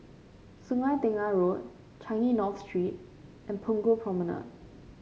Sungei Tengah Road Changi North Street and Punggol Promenade